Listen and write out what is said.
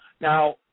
Now